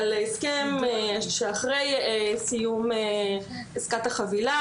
הסכם שאחרי סיום עסקת החבילה,